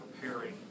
preparing